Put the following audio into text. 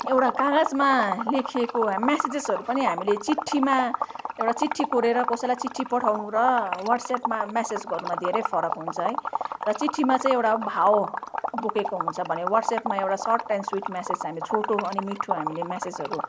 एउटा कागजमा लेखिएको म्यासेजेसहरू पनि हामीले चिठ्ठीमा एउटा चिठ्ठी कोरेर कसैलाई चिठ्ठी पठाउनु र ह्वाट्सएपमा म्यासेज गर्नुमा धेरै फरक हुन्छ है र चिठ्ठीमा चाहिँ एउटा भाव बोकेको हुन्छ भने ह्वाट्सएपमा एउटा सर्ट एन्ड स्विट म्यासेज हामीले छोटो अनि मिठो हामीले म्यासेजहरू